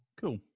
Cool